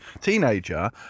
teenager